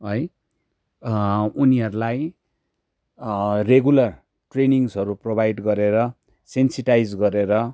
है उनीहरूलाई रेगुलर ट्रेनिङ्सहरू प्रोभाइड गरेर सेन्सिटाइज गरेर